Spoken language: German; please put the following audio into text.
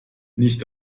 nicht